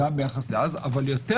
אבל יותר